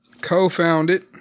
Co-founded